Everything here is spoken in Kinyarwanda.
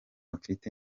mfite